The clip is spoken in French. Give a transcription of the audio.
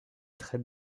très